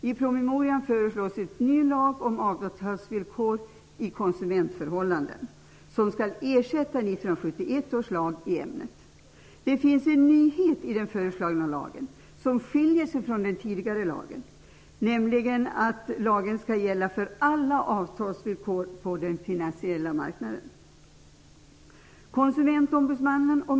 I promemorian föreslås en ny lag om avtalsvillkor i konsumentförhållanden, vilken skall ersätta 1971 års lag i ämnet. Det finns en nyhet i den föreslagna lagen, som därmed skiljer sig från den tidigare lagen. Lagen skall nämligen gälla för alla avtalsvillkor på den finansiella marknaden.